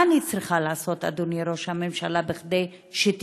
מה אני צריכה לעשות, אדוני ראש הממשלה, כדי שתשמע,